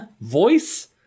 voice